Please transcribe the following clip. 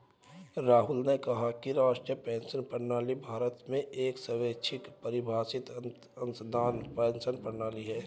राहुल ने कहा कि राष्ट्रीय पेंशन प्रणाली भारत में एक स्वैच्छिक परिभाषित अंशदान पेंशन प्रणाली है